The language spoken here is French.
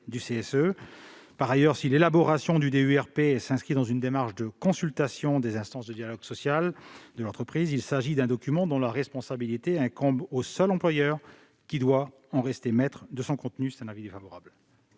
du CSE. Par ailleurs, si l'élaboration du DUERP s'inscrit dans une démarche de consultation des instances de dialogue social de l'entreprise, il s'agit d'un document dont la responsabilité incombe au seul employeur, qui doit rester maître de son contenu. Quel est l'avis du